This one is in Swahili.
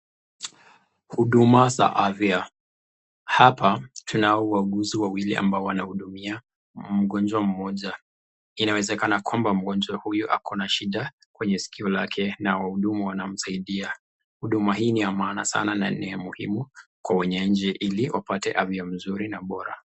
Huduma za afya. hapa tunao wauguzi wawili ambao wanahudumia mgonjwa mmoja, inawezakana kwamba mgonjwa huyo ako na shida kwenye skio lake na wahudumu wanamsaidia, huduma hii ni ya maana sana na ni ya muhimu kwa wananchi ili wapate afya nzuri na bora.